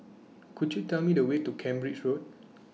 Could YOU Tell Me The Way to Cambridge Road